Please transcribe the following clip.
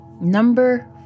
number